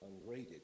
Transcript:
ungraded